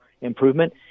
improvement